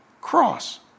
cross